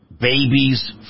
babies